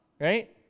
Right